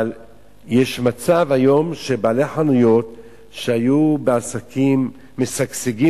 אבל היום יש מצב שבעלי חנויות שהיו להם עסקים משגשגים,